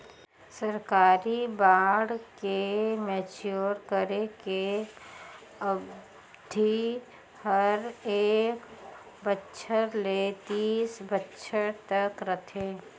सरकारी बांड के मैच्योर करे के अबधि हर एक बछर ले तीस बछर तक रथे